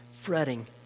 fretting